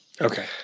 Okay